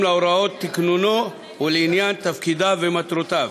להוראות תקנונו ולעניין תפקידיו ומטרותיו.